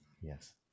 Yes